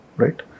Right